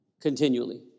Continually